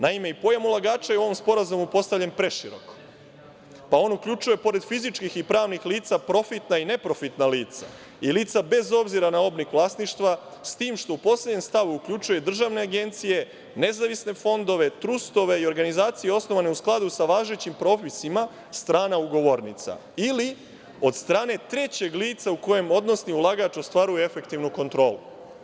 Naime, pojam ulagača je u ovom sporazumu postavljen preširoko, pa on uključuje pored fizičkih i pravnih lica profitna i ne profitna lica i lica bez obzira na oblik vlasništva s tim što u poslednjem stavu uključuje i državne agencije, nezavisne fondove, trustove i organizacije osnovane u skladu sa važećim propisima strana ugovornica ili od strane trećeg lica u kojima odnosni ulagač ostvaruje efektivnu kontrolu.